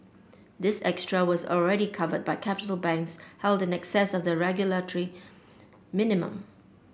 this extra was already covered by capital banks held in excess of the regulatory minimum